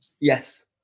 Yes